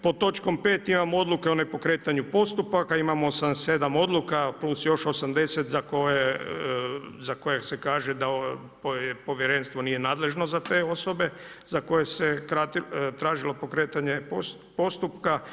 Pod točkom 5. imamo odluke o nepokretanju postupaka, imamo 77 odluka, plus još 80, za koje se kaže da povjerenstvo nije nadležno za te osobe, za koje se tražilo pokretanje postupka.